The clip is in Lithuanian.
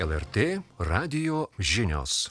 lrt radijo žinios